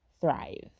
thrive